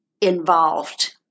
involved